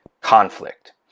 conflict